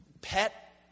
pet